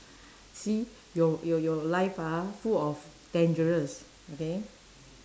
see your your your life ah full of dangerous okay